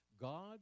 God